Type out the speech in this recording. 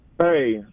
Hey